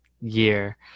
year